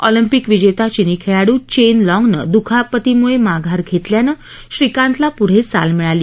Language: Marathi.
ऑलिंपिक विजेता चिनी खेळाडू चेन लाँग ने द्खापतीम्ळं माघार घेतल्यानं श्रीकांतला प्ढे चाल मिळाली